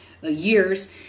years